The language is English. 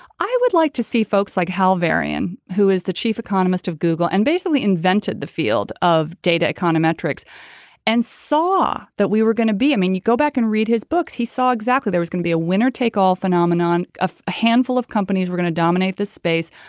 i would like to see folks like hal varian who is the chief economist of google and basically invented the field of data econometrics and saw that we were going to be i mean you go back and read his books he saw exactly there was gonna be a winner take all phenomenon of a handful of companies we're going to dominate this space.